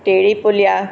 Tedhi Puliya